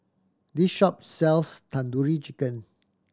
this shop sells Tandoori Chicken